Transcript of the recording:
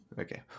Okay